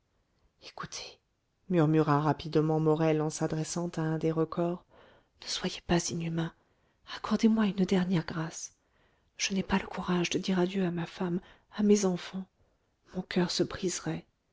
écoutez murmura rapidement morel en s'adressant à un des recors ne soyez pas inhumain accordez-moi une dernière grâce je n'ai pas le courage de dire adieu à ma femme à mes enfants mon coeur se briserait